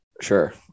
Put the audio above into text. Sure